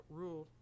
rule